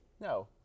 No